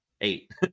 eight